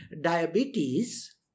diabetes